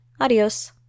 adios